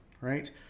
Right